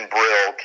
Brill